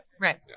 Right